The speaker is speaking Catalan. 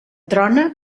trona